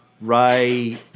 Ray